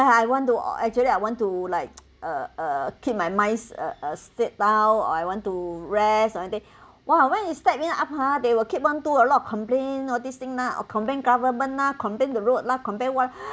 I want to or actually I want to like uh uh keep my mind uh uh set down or I want to rest or anything !wah! when you start me up hor they will keep on do a lot of complain all these thing lah or complain government complain the road lah compare what